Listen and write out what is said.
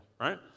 right